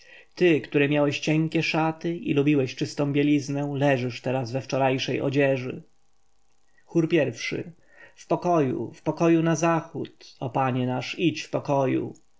ty który miałeś cienkie szaty i lubiłeś czystą bieliznę leżysz teraz we wczorajszej odzieży chór i-szy w pokoju w pokoju na zachód o panie nasz idź w pokoju